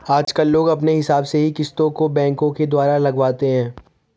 आजकल लोग अपने हिसाब से ही किस्तों को बैंकों के द्वारा लगवाते हैं